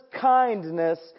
kindness